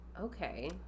Okay